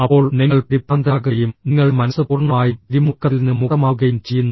അപ്പോൾ നിങ്ങൾ പരിഭ്രാന്തരാകുകയും നിങ്ങളുടെ മനസ്സ് പൂർണ്ണമായും പിരിമുറുക്കത്തിൽ നിന്ന് മുക്തമാവുകയും ചെയ്യുന്നു